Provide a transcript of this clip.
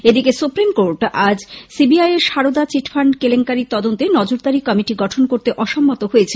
এদিকে supreme court আজ CBI এর সারদা চিটফান্ড কেলেঙ্কারীর তদন্তে নজরদারি কমিটি গঠন করতে অসম্মত হয়েছে